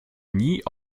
nie